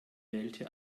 wählte